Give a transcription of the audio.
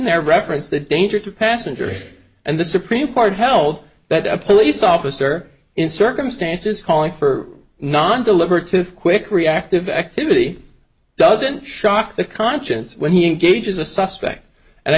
there reference the danger to passengers and the supreme court held that a police officer in circumstances calling for non deliberate fifth quick reactive activity doesn't shock the conscience when he engages a suspect and i